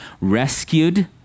rescued